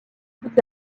toute